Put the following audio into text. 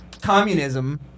communism